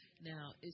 Now